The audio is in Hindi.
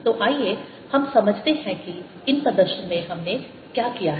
तो आइए हम समझते हैं कि इन प्रदर्शनों में हमने क्या किया है